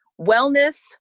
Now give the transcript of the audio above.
Wellness